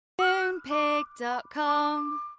Moonpig.com